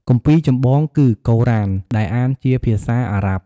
គម្ពីរចម្បងគឺ កូរ៉ាន ដែលអានជាភាសាអារ៉ាប់។